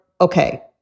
okay